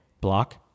Block